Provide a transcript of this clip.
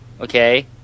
okay